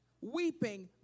Weeping